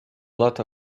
lot